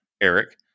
Eric